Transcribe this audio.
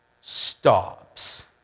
stops